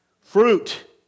fruit